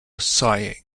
sighing